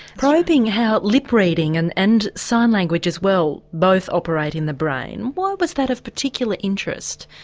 probing how lip-reading, and and sign language as well, both operate in the brain. why was that of particular interest,